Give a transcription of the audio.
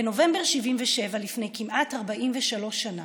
בנובמבר 1977, לפני כמעט 43 שנה,